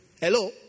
Hello